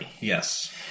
Yes